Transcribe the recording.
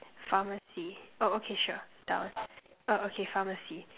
pharmacy oh okay sure that one oh okay pharmacy